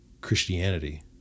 christianity